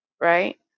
right